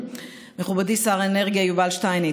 מכובדי שר האנרגיה יובל שטייניץ,